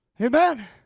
Amen